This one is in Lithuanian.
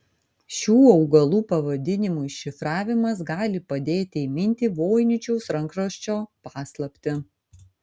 šių augalų pavadinimų iššifravimas gali padėti įminti voiničiaus rankraščio paslaptį